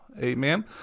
amen